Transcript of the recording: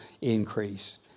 increase